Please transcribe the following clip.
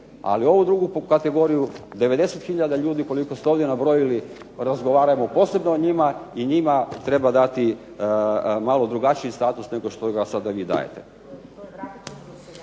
ali ovu drugu kategoriju 90 hiljada ljudi koliko ste ovdje nabrojili, razgovarajmo posebno o njima i njima treba dati malo drugačiji status nego što ga sada vi dajete.